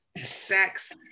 sex